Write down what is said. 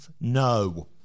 No